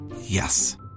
Yes